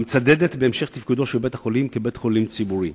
המצדדת בהמשך תפקודו של בית-החולים כבית-חולים ציבורי.